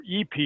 EP